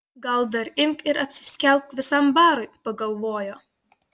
gal dar imk ir apsiskelbk visam barui pagalvojo